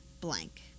blank